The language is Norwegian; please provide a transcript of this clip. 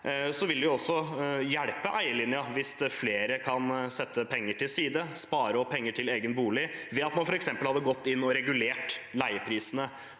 er, vil det hjelpe eierlinjen hvis flere kan sette penger til side og spare opp penger til egen bolig ved at man f.eks. hadde gått inn og regulert leieprisene